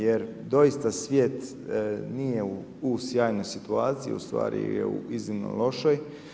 Jer doista, svijet nije u sjajnoj situaciji, ustvari je u iznimnoj lošoj.